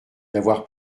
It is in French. d’avoir